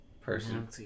person